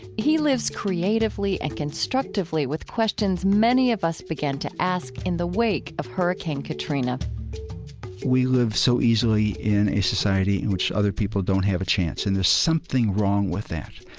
he lives creatively and constructively with questions many of us began to ask in the wake of hurricane katrina we live so easily in a society in which other people don't have a chance, and there's something wrong with that.